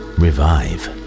revive